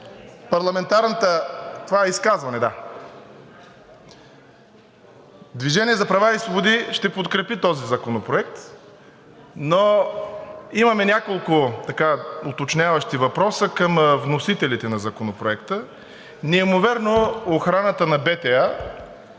Парламентарната група на „Движение за права и свободи“ ще подкрепи този законопроект, но имаме няколко уточняващи въпроса към вносителите на Законопроекта. Несъмнено охраната на БТА